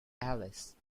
alice